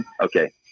Okay